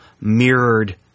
mirrored